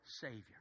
Savior